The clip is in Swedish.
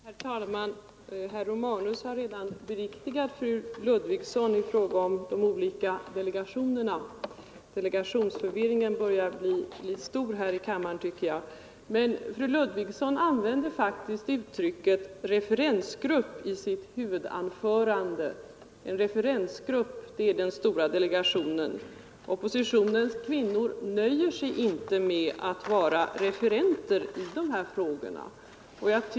Herr talman! Herr Romanus har redan beriktigat vad fru Ludvigsson sade om de olika delegationerna — delegationsförvirringen börjar bli stor här i kammaren. Fru Ludvigsson använde faktiskt uttrycket referensgrupp i sitt huvudanförande — den stora delegationen skulle vara en referensgrupp. Oppositionens kvinnor nöjer sig inte med att vara referenser i dessa frågor.